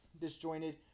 disjointed